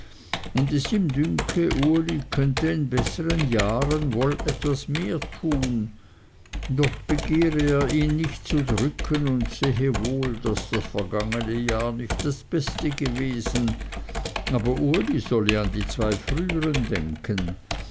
und es ihn dünke uli könnte in bessern jahren wohl etwas mehr tun doch begehre er ihn nicht zu drücken und sehe wohl daß das vergangene jahr nicht das beste gewesen aber uli solle an die zwei frühern denken